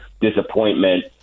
disappointment